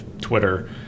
Twitter